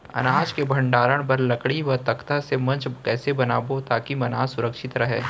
अनाज के भण्डारण बर लकड़ी व तख्ता से मंच कैसे बनाबो ताकि अनाज सुरक्षित रहे?